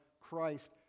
Christ